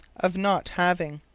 of not having.